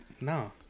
No